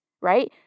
right